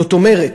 זאת אומרת,